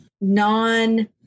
non